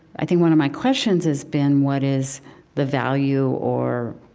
i think one of my questions has been, what is the value or